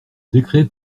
décret